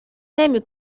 نمی